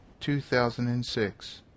2006